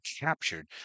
captured